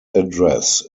address